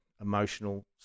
emotional